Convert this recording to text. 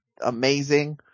amazing